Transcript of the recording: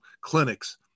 clinics